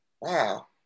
wow